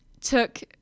took